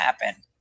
happen